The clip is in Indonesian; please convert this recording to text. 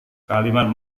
kalimat